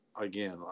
again